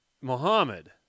Muhammad